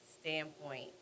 standpoint